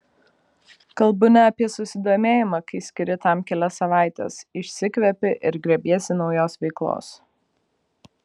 kalbu ne apie susidomėjimą kai skiri tam kelias savaites išsikvepi ir grėbiesi naujos veiklos